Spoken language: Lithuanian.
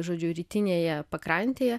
žodžiu rytinėje pakrantėje